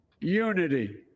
unity